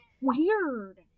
weird